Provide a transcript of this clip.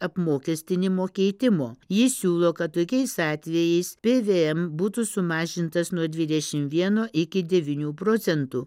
apmokestinimo keitimo ji siūlo kad tokiais atvejais pė vė em būtų sumažintas nuodvidešimt vieno iki devynių procentų